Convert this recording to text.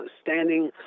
standing